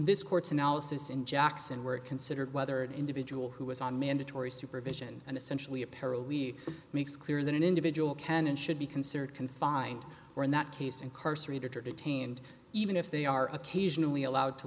this court's analysis in jackson were considered whether an individual who was on mandatory supervision and essentially a para leave makes clear that an individual can and should be considered confined or in that case incarcerated or detained even if they are occasionally allowed to